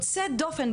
הכי יוצא דופן,